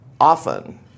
often